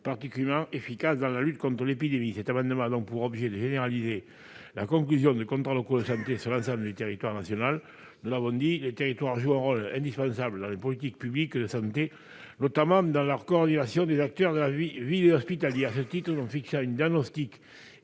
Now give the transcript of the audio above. particulièrement efficace dans la lutte contre l'épidémie. Cet amendement a donc pour objet de généraliser la conclusion de contrats locaux de santé sur l'ensemble du territoire national. Nous l'avons déjà dit, les territoires jouent un rôle indispensable dans les politiques de santé publique, notamment par leur coordination des acteurs de la ville et hospitaliers. En réalisant un diagnostic